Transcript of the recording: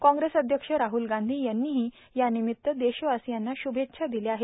काँग्रेस अध्यक्ष राहुल गांधी यांनीही या निमित्त देशवासियांना शुभेच्छा दिल्या आहेत